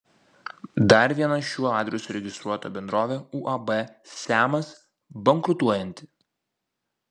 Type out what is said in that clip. dar viena šiuo adresu registruota bendrovė uab siamas bankrutuojanti